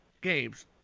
games